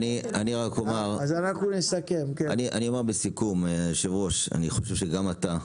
אני אומר לסיכום אדוני היו"ר, אני חושב שגם אתה,